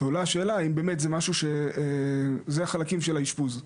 ועולה השאלה האם באמת זה משהו של החלקים של האשפוז.